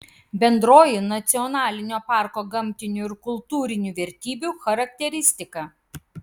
bendroji nacionalinio parko gamtinių ir kultūrinių vertybių charakteristika